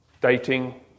dating